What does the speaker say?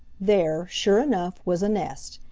there, sure enough, was a nest,